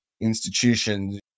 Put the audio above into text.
institutions